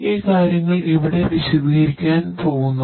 ഈ കാര്യങ്ങൾ ഇവിടെ വിശദീകരിക്കാൻ പോകുന്നു